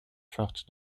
fortes